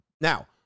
now